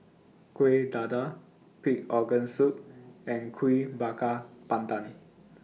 Kueh Dadar Pig Organ Soup and Kuih Bakar Pandan